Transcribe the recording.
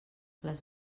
les